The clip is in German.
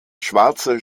schwarze